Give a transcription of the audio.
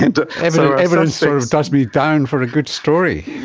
and evidence evidence sort of does me down for a good story.